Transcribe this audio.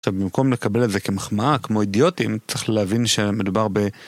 במקום לקבל את זה כמחמאה כמו אידיוטים צריך להבין שמדובר ב...